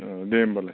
अह दे होमबालाय